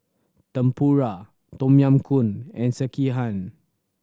Tempura Tom Yam Goong and Sekihan